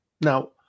Now